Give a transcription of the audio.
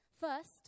First